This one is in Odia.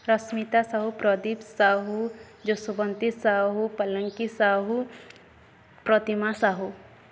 ରଶ୍ମିତା ସାହୁ ପ୍ରଦୀପ ସାହୁ ଯୋସବନ୍ତୀ ସାହୁ ପଲଙ୍କି ସାହୁ ପ୍ରତିମା ସାହୁ